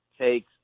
takes